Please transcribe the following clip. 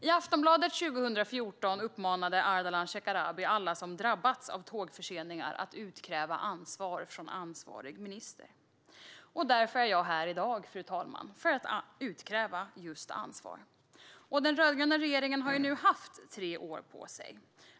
I Aftonbladet 2014 uppmanade Ardalan Shekarabi alla som drabbats av tågförseningar att utkräva ansvar från ansvarig minister. Det är därför jag är här i dag, fru talman - för att utkräva ansvar. Den rödgröna regeringen har nu haft tre år på sig.